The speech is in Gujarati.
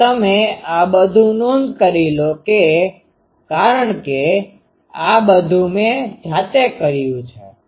હવે તમે આ બધું નોંધ કરી લો કારણ કે આ બધું મે જાતે કર્યુ છે